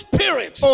Spirit